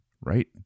right